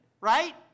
Right